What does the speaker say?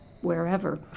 wherever